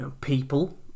people